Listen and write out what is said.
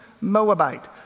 Moabite